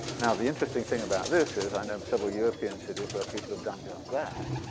now the interesting thing about this is, i know of several european cities where people have done just that.